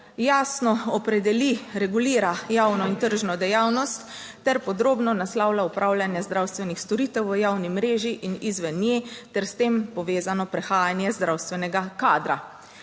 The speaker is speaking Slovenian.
jasno opredeli, regulira javno in tržno dejavnost ter podrobno naslavlja opravljanje zdravstvenih storitev v javni mreži in izven nje ter s tem povezano prehajanje zdravstvenega kadra.